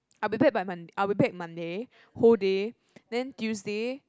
I be back by Mon I'll back Monday whole day then Tuesday